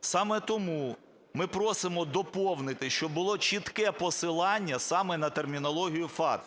Саме тому ми просимо доповнити, щоб було чітке посилання саме на термінологію FATF.